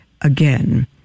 again